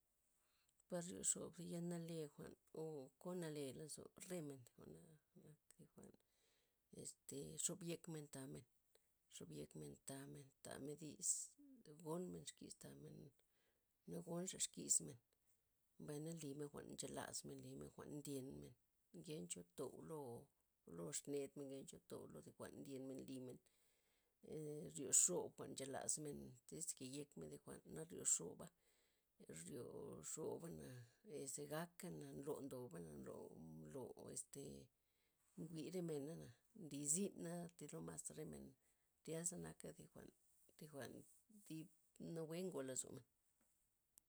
Par ryoxob zi ya nale jwa'n o kon nale lozon re men, jwa'na nat thi jwa'n este xop yekmen tamen, xopyekmen tamen tamendiz gonmem exkis tamen, na gonxa' exkismen, mbay na lymen jwa'n nchelasmen lymen, jwa'n ndyenmen, ngencho to'u lo- lo xnedmen ngencha to'u zi jwa'n ndyenmen lymen, ee ryoxob jwa'n nchelasmen, tiz keyekmen zi jwa'na na ryoxaba', ryoxobana' este gakana' ndolo ndobana', ndolo- ndolo este nwi re mena', nli zyna' ti' lomas remen, tyazanak thi jwa'n thi jwa'n dib nale ngo lozomen.